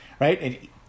right